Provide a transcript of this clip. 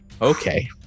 Okay